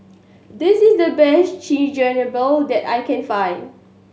this is the best Chigenabe that I can find